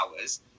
hours